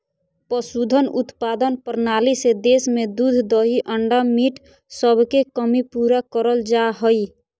पशुधन उत्पादन प्रणाली से देश में दूध दही अंडा मीट सबके कमी पूरा करल जा हई